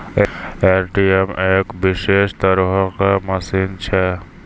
ATM एक विशेष तरहो के मशीन छै